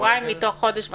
שבועיים מתוך חודש וחצי?